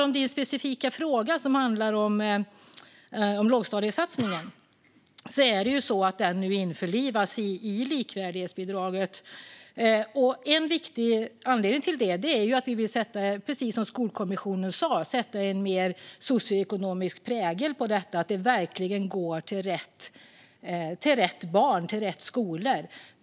Din specifika fråga handlar om lågstadiesatsningen. Den införlivas nu i likvärdighetsbidraget. En viktig anledning till det är att vi, precis som Skolkommissionen sa, vill sätta en mer socioekonomisk prägel på detta, så att det verkligen går till rätt barn och rätt skolor.